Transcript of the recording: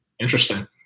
Interesting